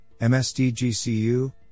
MSDGCU